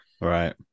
Right